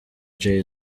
jay